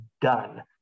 done